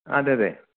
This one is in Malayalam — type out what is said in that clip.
അതെയതെ